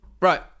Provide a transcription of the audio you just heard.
Right